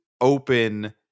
open